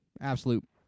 absolute